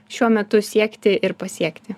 šiuo metu siekti ir pasiekti